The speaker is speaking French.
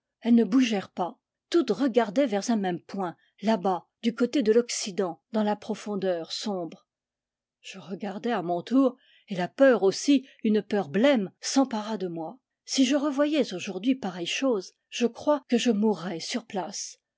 elles ne bougèrent pas toutes regardaient vers un même point là-bas du côté de l'occident dans la profondeur sombre je regardai à mon tour et la peur aussi une peur blême s'empara de moi si je revoyais aujourd'hui pareille chose je crois que je mour rais sur place